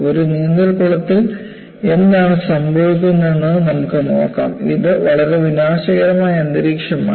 ഒരു നീന്തൽക്കുളത്തിൽ എന്താണ് സംഭവിക്കുന്നതെന്ന് നമുക്ക് നോക്കാം ഇത് വളരെ വിനാശകരമായ അന്തരീക്ഷമാണ്